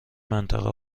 منطقه